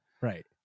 Right